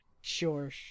Sure